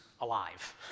alive